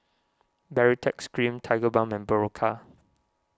Baritex Cream Tigerbalm and Berocca